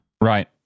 Right